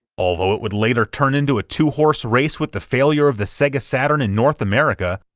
although it would later turn into a two horse race with the failure of the sega saturn in north america,